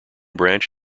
branch